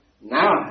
now